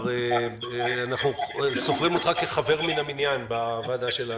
אנחנו סופרים אותך כחבר מן המניין בוועדה שלנו.